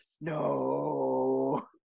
No